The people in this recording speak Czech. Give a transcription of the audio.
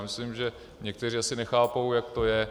Myslím, že někteří asi nechápou, jak to je.